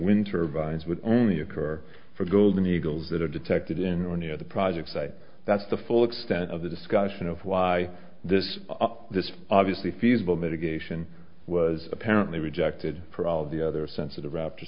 winter vines would only occur for golden eagles that are detected in or near the project site that's the full extent of the discussion of why this this obviously feasible mitigation was apparently rejected for all the other sensitive raptor